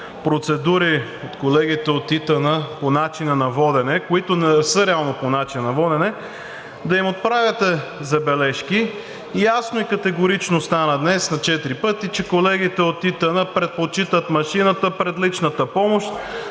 процедури от колегите от ИТН по начина на водене, които не са реално по начина на водене, да им отправяте забележки. Ясно и категорично стана днес на четири пъти, че колегите от ИТН предпочитат машината пред личната помощ.